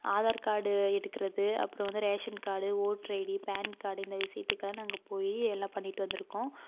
Aadhaar card எடுக்கிறது அப்புறம் வந்து ration card voter ID PAN card இந்த விஷயத்துக்கலாம் அங்கே போய் எல்லாம் பண்ணிவிட்டு வந்திருக்கோம்